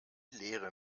leere